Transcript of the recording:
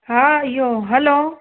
हा इयो हैलो